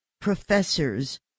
professors